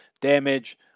damage